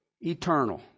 eternal